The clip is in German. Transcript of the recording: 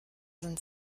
sind